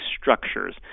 structures